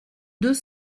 deux